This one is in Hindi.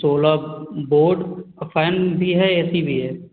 सोलह बोर्ड और फैन भी है ए सी भी है